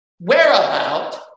whereabout